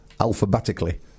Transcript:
Alphabetically